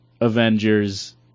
Avengers